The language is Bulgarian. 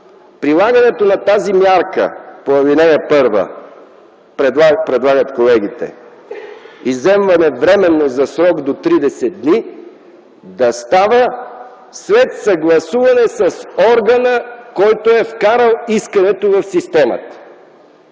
прилагането на тази мярка по ал. 1, колегите предлагат: изземване временно за срок до 30 дни, да става след съгласуване с органа, който е вкарал искането в системата,